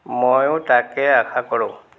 মইও তাকেই আশা কৰোঁ